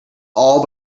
all